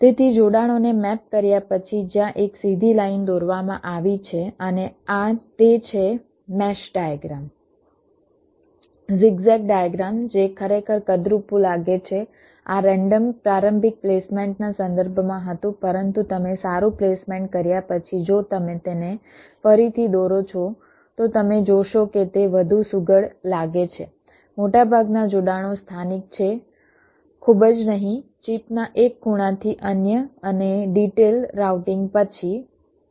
તેથી જોડાણોને મેપ કર્યા પછી જ્યાં એક સીધી લાઇન દોરવામાં આવી છે અને આ તે છે મેશ ડાયગ્રામ ઝિગઝેગ ડાયગ્રામ જે ખરેખર કદરૂપું લાગે છે આ રેન્ડમ પ્રારંભિક પ્લેસમેન્ટના સંદર્ભમાં હતું પરંતુ તમે સારું પ્લેસમેન્ટ કર્યા પછી જો તમે તેને ફરીથી દોરો છો તો તમે જોશો કે તે વધુ સુઘડ લાગે છે મોટાભાગના જોડાણો સ્થાનિક છે ખૂબ જ નહીં ચિપના એક ખૂણાથી અન્ય અને ડિટેલ રાઉટિંગ પછી